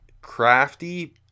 Crafty